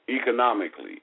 economically